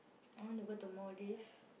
I want to go to Maldives